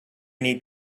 need